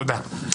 תודה.